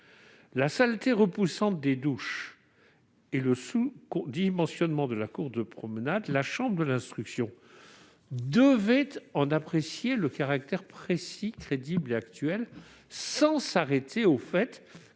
la saleté repoussante des douches et le sous-dimensionnement de la cour de promenade, la chambre de l'instruction devait en apprécier le caractère précis, crédible et actuel, sans s'arrêter au fait